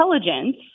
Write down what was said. intelligence